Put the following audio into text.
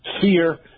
fear